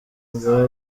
bwo